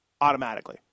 automatically